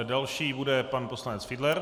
Další bude pan poslanec Fiedler.